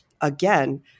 again